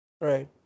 Right